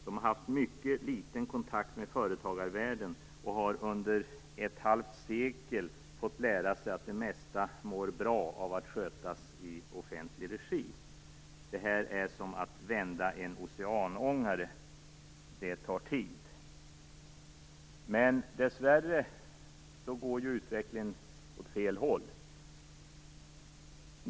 De har haft mycket liten kontakt med företagarvärlden och har under ett halvt sekel fått lära sig att det mesta mår bra av att skötas i offentlig regi. Det här är som att vända en oceanångare - det tar tid. Men dessvärre går ju utvecklingen åt fel håll.